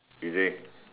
is it